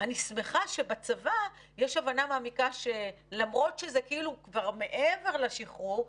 אני שמחה שבצבא יש הבנה מעמיקה שלמרות שזה כבר מעבר לשחרור,